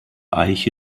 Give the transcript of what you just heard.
eiche